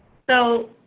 so